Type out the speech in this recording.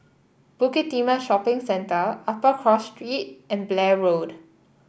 Bukit Timah Shopping Centre Upper Cross Street and Blair Road